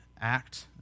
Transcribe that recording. act